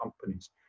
companies